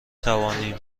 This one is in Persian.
توانیم